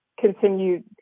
continued